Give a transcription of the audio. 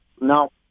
no